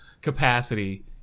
capacity